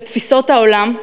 בתפיסות העולם,